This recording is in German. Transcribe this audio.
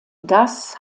das